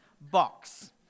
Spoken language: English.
box